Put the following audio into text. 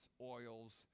oils